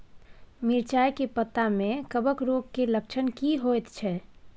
मिर्चाय के पत्ता में कवक रोग के लक्षण की होयत छै?